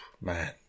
man